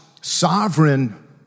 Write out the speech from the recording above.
sovereign